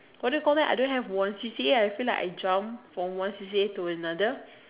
what do you call that I don't have one C_C_A I feel like I jump from one C_C_A to another